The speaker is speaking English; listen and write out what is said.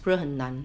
不是很难